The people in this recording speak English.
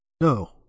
No